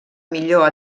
millor